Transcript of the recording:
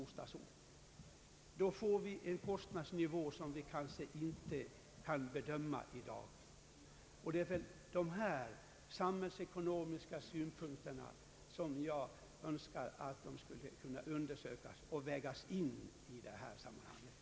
Då får vi en kostnadsnivå som vi kanske inte kan bedöma i dag. Jag önskar att dessa samhällsekonomiska synpunkter skall vägas in i detta sammanhang.